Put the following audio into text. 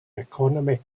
economy